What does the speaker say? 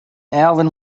alvin